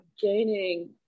gaining